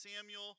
Samuel